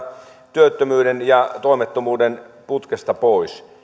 työttömyyden ja toimettomuuden putkesta pois